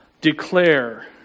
declare